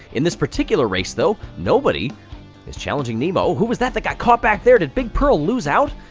in this particular race, though, nobody is challenging nemo. oh, who was that that got caught back there? did big pearl lose out?